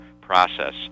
process